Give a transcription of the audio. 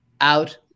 out